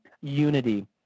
unity